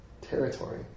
territory